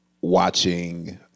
watching